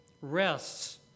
Rests